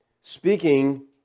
speaking